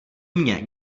mně